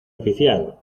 oficial